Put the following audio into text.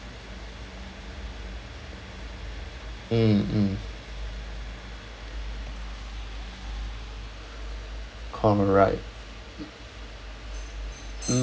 mm mm common right mm